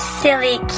silly